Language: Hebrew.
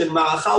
של מערכה,